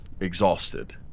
exhausted